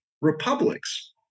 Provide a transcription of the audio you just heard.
republics